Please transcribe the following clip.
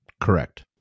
Correct